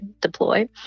deploy